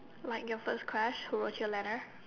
like your first crush who wrote you a letter